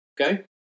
Okay